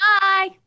Bye